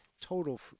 total